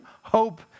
hope